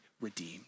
redeemed